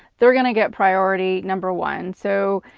they're gonna get priority number one. so,